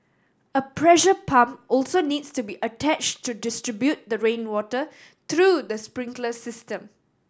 a pressure pump also needs to be attached to distribute the rainwater through the sprinkler system